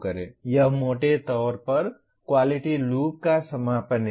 यह मोटे तौर पर क्वालिटी लूप का समापन है